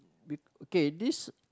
okay this